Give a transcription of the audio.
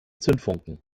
zündfunken